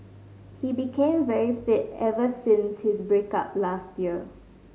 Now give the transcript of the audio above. he became very fit ever since his break up last year